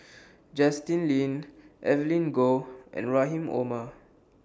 Justin Lean Evelyn Goh and Rahim Omar